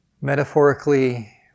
Metaphorically